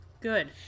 Good